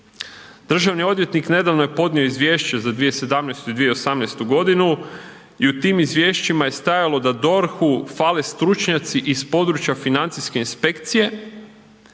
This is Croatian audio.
Državni odvjetnik nedavno je podnio izvješće za 2017. i 2018. godinu i u tim izvješćima je stajalo da DORH-u fale stručnjaci iz područja financijske inspekcije